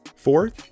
Fourth